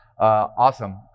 awesome